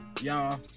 y'all